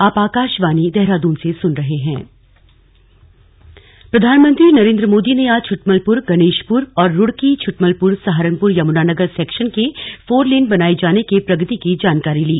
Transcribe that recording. जानकारी प्रधानमंत्री नरेंद्र मोदी ने आज छ्टमलपुर गणेशपुर और रुड़की छ्टमलपुर सहारनपुर यमुनानगर सेक्शन के फोर लेन बनाए जाने के प्रगति की जानकारी ली